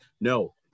no